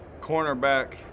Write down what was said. cornerback